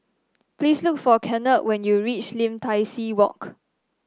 please look for Kennard when you reach Lim Tai See Walk